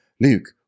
Luke